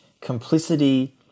complicity